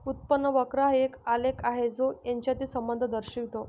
उत्पन्न वक्र हा एक आलेख आहे जो यांच्यातील संबंध दर्शवितो